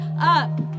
up